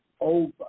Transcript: over